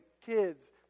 kids